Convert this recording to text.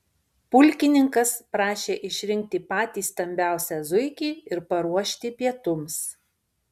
pulkininkas prašė išrinkti patį stambiausią zuikį ir paruošti pietums